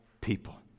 people